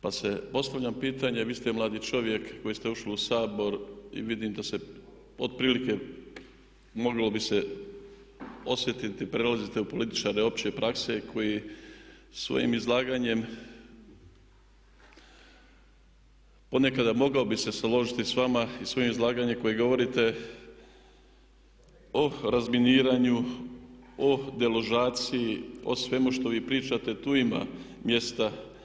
Pa se postavlja pitanje, vi ste mladi čovjek koji ste ušli u Sabor i vidim da se otprilike moglo bi se osjetiti, prelazite u političare opće prakse koji svojim izlaganjem ponekada mogao bih se složiti sa vama i svojim izlaganjem koji govorite o razminiranju, o deložaciji, o svemu što vi pričate tu ima mjesta.